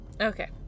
Okay